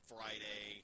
Friday